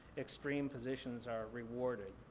extreme positions are rewarded.